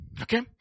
Okay